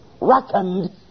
Reckoned